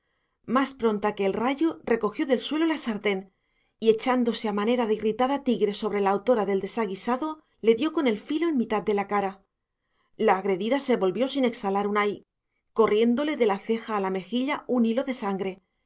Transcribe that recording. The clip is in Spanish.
más pronta que el rayo recogió del suelo la sartén y echándose a manera de irritada tigre sobre la autora del desaguisado le dio con el filo en mitad de la cara la agredida se volvió sin exhalar un ay corriéndole de la ceja a la mejilla un hilo de sangre